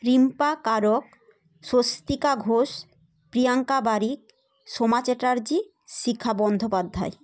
Rimpa Karak Swastika Ghosh Priyanka Barik Soma Chatterjee Shikha Bandyopadhyay